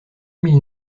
mille